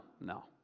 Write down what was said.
no